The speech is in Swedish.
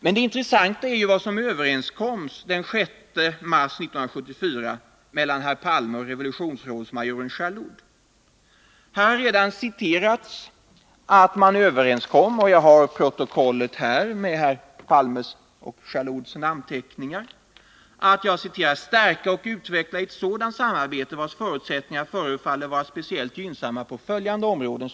Men det intressanta är vad som den 6 mars 1974 överenskoms mellan herr Palme och revolutionsrådsmajoren Jalloud. Jag har här ett protokoll med herr Palmes och major Jallouds namnteckningar. Man kom överens om att ”stärka och utveckla sådant samarbete, vars förutsättningar förefaller att vara speciellt gynnsamma på följande områden”.